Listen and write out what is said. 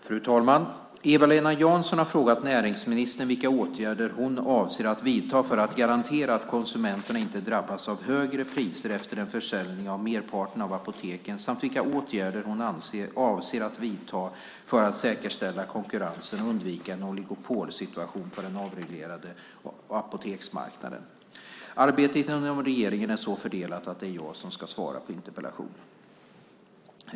Fru talman! Eva-Lena Jansson har frågat näringsministern vilka åtgärder hon avser att vidta för att garantera att konsumenterna inte drabbas av högre priser efter en försäljning av merparten av apoteken samt vilka åtgärder hon avser att vidta för att säkerställa konkurrensen och undvika en oligopolsituation på den avreglerade apoteksmarknaden. Arbetet inom regeringen är så fördelat att det är jag som ska svara på interpellationen.